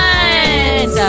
one